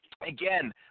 again